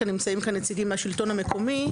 כי נמצאים כאן נציגים מהשלטון המקומי,